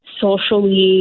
Socially